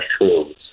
mushrooms